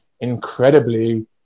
incredibly